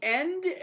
end